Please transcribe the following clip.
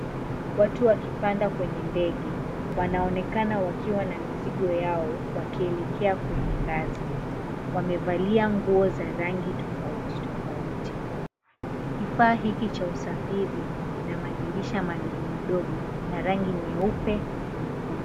Watu wakipanda kwenye ndege. Wanaonekana wakiwa na mizigo yao wakielekea kwenye ngazi. Wamevalia nguo za rangi tofauti tofauti. Kifaa hiki cha usafiri, ina madirisha madogo madogo na rangi nyeupe na nyekundu.